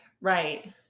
right